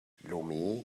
lomé